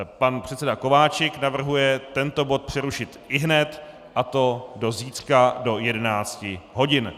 Pan předseda Kováčik navrhuje tento bod přerušit ihned, a to do zítřka do 11 hodin.